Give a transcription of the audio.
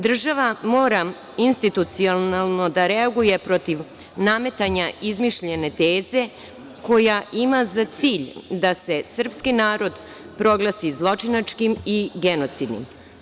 Država mora institucionalno da reaguje protiv nametanja izmišljene teze koja ima za cilj da se srpski narod proglasi zločinačkih i genocidnim.